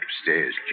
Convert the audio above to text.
Upstairs